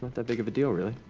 that big of a deal really.